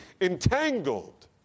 entangled